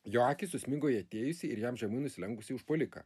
jo akys susmigo į atėjusį ir jam žemai nusilenkusi užpuoliką